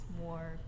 more